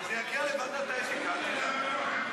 זה יגיע לוועדת האתיקה, אל תדאג.